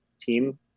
team